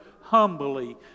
humbly